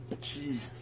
Jesus